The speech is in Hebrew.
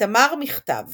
איתמר מכתב